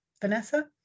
Vanessa